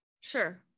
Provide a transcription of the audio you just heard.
Sure